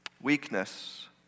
weakness